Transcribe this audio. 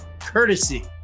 courtesy